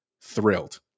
thrilled